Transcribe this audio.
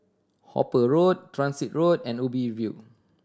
Hooper Road Transit Road and Ubi View